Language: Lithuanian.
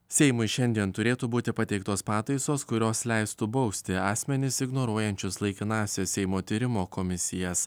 seimui šiandien turėtų būti pateiktos pataisos kurios leistų bausti asmenis ignoruojančius laikinąsias seimo tyrimo komisijas